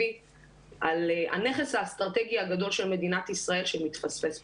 על הנכס האסטרטגי הגדול של מדינת ישראל שמתפספס פה,